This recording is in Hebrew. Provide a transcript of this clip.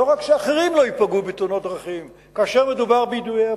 לא רק שאחרים לא ייפגעו בתאונות דרכים כאשר מדובר בידויי אבנים,